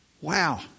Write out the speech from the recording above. Wow